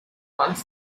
runs